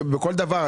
כמו בכל דבר,